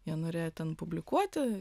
jie norėjo ten publikuoti